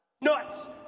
nuts